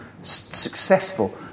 successful